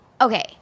Okay